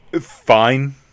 Fine